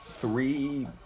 three